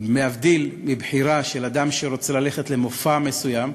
להבדיל מבחירה של אדם שרוצה ללכת למופע מסוים.